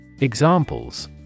Examples